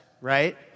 right